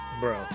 bro